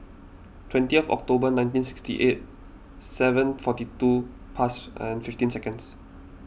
twenty October nineteen sixty eight seven forty two pass and fifteen seconds